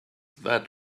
that